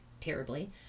terribly